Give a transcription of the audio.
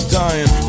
dying